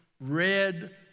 red